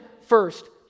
first